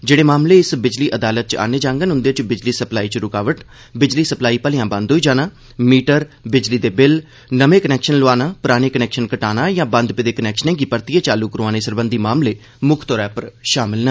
जेहड़े मामले इस बिजली अदालत च आहन्ने जाड़न उंदे च बिजली सप्लाई च रूकावट पौना बिजली सप्लाई भलेआं बंद होई जाना मीटर बिजली दे बिल नमें कनैक्शन लोआना पराने कनैक्शन कटाना यां बंद पेदे कनैक्शनें गी परतियै चालू करोआने सरबंधी मामले मुक्ख तौर उप्पर शामल न